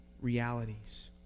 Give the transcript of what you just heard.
realities